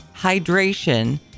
Hydration